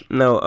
no